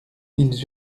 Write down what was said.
ils